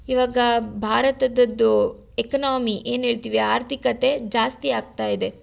ಇವಾಗ ಭಾರತದದ್ದು ಎಕನಾಮಿ ಏನ್ಹೇಳ್ತಿವಿ ಆರ್ಥಿಕತೆ ಜಾಸ್ತಿ ಆಗ್ತಾಯಿದೆ